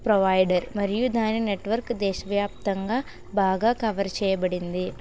provider మరియు దాని network దేశవ్యాప్తంగా బాగా కవర్ చేయబడింది